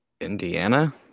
Indiana